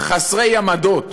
חסרי עמדות,